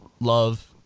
love